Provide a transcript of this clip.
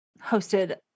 hosted